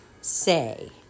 say